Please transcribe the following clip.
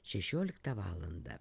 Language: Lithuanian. šešioliktą valandą